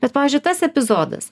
bet pavyzdžiui tas epizodas